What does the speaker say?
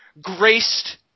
graced